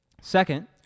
Second